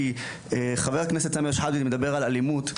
כי חבר הכנסת אבו שחאדה מדבר על אלימות.